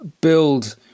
build